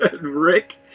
Rick